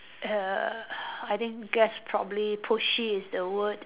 err I think guess probably pushy is the word